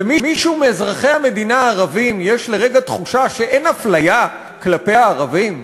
למישהו מאזרחי המדינה הערבים יש לרגע תחושה שאין אפליה כלפי הערבים?